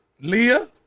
Leah